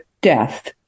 death